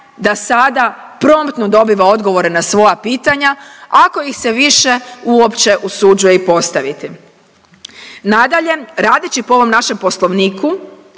da sada promptno dobiva odgovore na svoja pitanja, ako ih se više uopće usuđuje i postaviti. Nadalje, radeći po ovom našem Poslovniku,